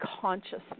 consciousness